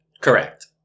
correct